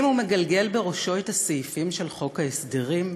הוא מגלגל בראשו את הסעיפים של חוק ההסדרים?